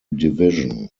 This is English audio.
division